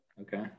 okay